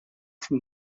from